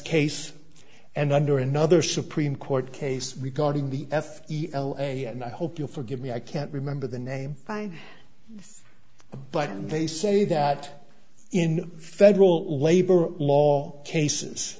case and under another supreme court case we got in the f e l and i hope you'll forgive me i can't remember the name by but they say that in federal labor law cases